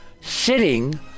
sitting